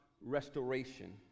restoration